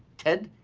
ted,